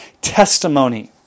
testimony